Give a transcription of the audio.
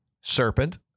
Serpent